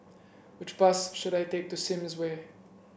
which bus should I take to Sims Way